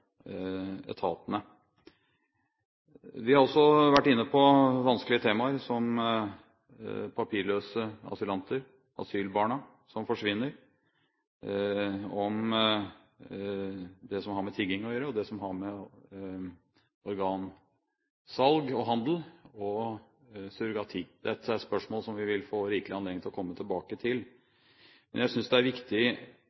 etatene. Vi har også vært inne på vanskelige temaer som papirløse asylanter, asylbarna som forsvinner, det som har med tigging å gjøre, og det som har med organsalg og -handel og surrogati å gjøre. Dette er spørsmål som vi vil få rikelig anledning til å komme tilbake til.